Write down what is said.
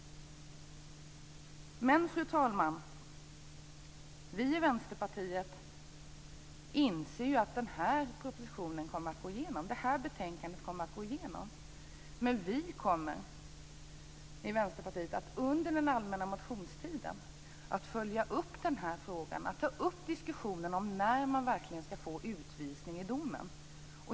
Fru talman! Vi i Vänsterpartiet inser ju att riksdagen kommer att bifalla hemställan i detta betänkande. Men vi i Vänsterpartiet kommer under den allmänna motionstiden att följa upp den här frågan och ta upp diskussionen om när domen ska innehålla beslut om utvisning.